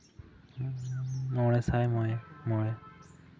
ᱢᱚᱬᱮ ᱥᱟᱭ ᱢᱚᱬᱮ ᱢᱚᱬᱮ